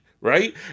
right